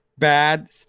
bad